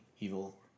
evil